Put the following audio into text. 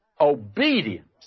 Obedience